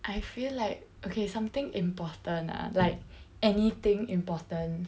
I feel like okay something important ah like anything important